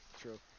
True